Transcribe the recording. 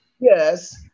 Yes